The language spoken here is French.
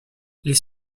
les